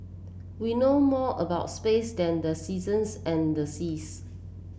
we know more about space than the seasons and the seas